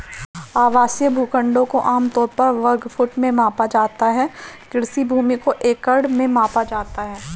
आवासीय भूखंडों को आम तौर पर वर्ग फुट में मापा जाता है, कृषि भूमि को एकड़ में मापा जाता है